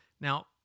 Now